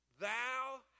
Thou